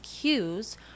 cues